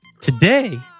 Today